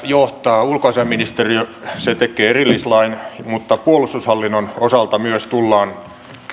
johtaa ulkoasiainministeriö se tekee erillislain mutta puolustushallinnon osalta myös tullaan